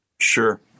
Sure